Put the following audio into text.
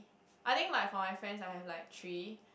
I think like for my friend I have like three